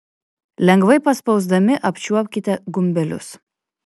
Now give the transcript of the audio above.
lengvai paspausdami apčiuopkite gumbelius